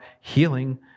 healing